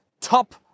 top